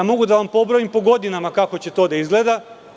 Mogu da vam pobrojim po godinama kako će to da izgleda.